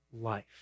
life